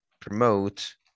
promote